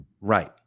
right